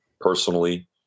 personally